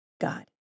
God